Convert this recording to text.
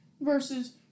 versus